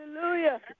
Hallelujah